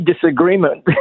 disagreement